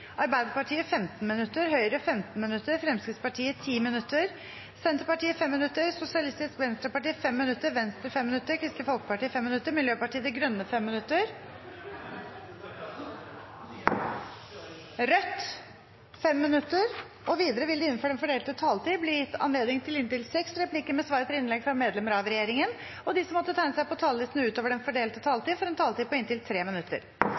Arbeiderpartiet 15 minutter, Høyre 15 minutter, Fremskrittspartiet 10 minutter, Senterpartiet 5 minutter, Sosialistisk Venstreparti 5 minutter, Venstre 5 minutter, Kristelig Folkeparti 5 minutter, Miljøpartiet De Grønne 5 minutter og Rødt 5 minutter. Videre vil det – innenfor den fordelte taletid – bli gitt anledning til replikkordskifte på inntil seks replikker med svar fra medlemmer av regjeringen, og de som måtte tegne seg på talerlisten utover den fordelte taletid, får en taletid på inntil 3 minutter.